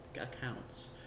accounts